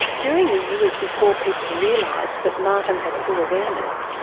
during the years before people realised that martin had full awareness,